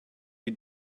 you